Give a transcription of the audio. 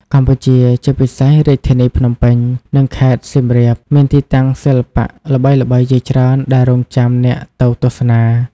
កម្ពុជា ជាពិសេសរាជធានីភ្នំពេញ និងខេត្តសៀមរាប មានទីតាំងសិល្បៈល្បីៗជាច្រើនដែលរង់ចាំអ្នកទៅទស្សនា។